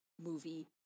movie